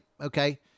Okay